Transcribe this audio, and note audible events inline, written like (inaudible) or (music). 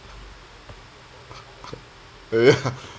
(laughs)